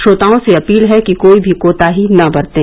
श्रोताओं से अपील है कि कोई भी कोताही न बरतें